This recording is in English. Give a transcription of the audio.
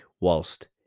whilst